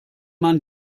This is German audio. man